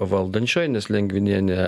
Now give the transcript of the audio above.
valdančioji nes lengvinienė